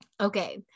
okay